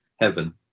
heaven